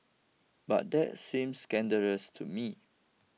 but that seems scandalous to me